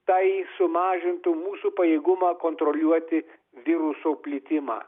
tai sumažintų mūsų pajėgumą kontroliuoti viruso plitimą